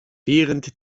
während